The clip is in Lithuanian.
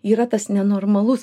yra tas nenormalus